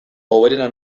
hoberena